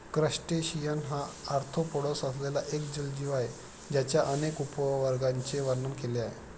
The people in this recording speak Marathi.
क्रस्टेशियन हा आर्थ्रोपोडस असलेला एक जलजीव आहे ज्याच्या अनेक उपवर्गांचे वर्णन केले आहे